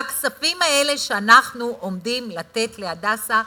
והכספים האלה שאנחנו עומדים לתת ל"הדסה"